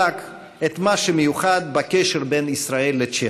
את מה שמיוחד בקשר בין ישראל לצ'כיה.